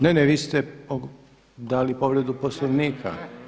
Ne, ne vi ste dali povredu Poslovnika.